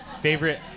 Favorite